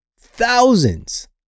thousands